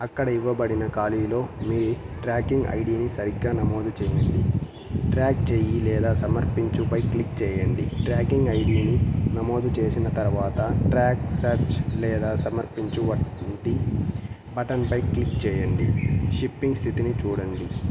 అక్కడ ఇవ్వబడిన ఖాళీలో మీ ట్రాకింగ్ ఐడీని సరిగ్గా నమోదు చేయండి ట్రాక్ చేయి లేదా సమర్పించుపై క్లిక్ చేయండి ట్రాకింగ్ ఐడీని నమోదు చేసిన తరువాత ట్రాక్ సెర్చ్ లేదా సమర్పించు వంటి బటన్పై క్లిక్ చేయండి షిప్పింగ్ స్థితిని చూడండి